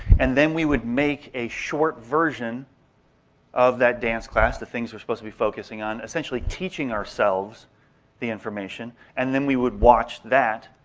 and then we would make a short version of that dance class, the things we're supposed to be focusing on, essentially teaching ourselves the information. and then we would watch that.